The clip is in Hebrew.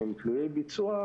שהם תלויי ביצוע,